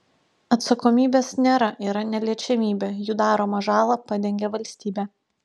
atsakomybės nėra yra neliečiamybė jų daromą žalą padengia valstybė